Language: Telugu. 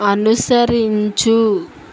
అనుసరించు